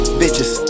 bitches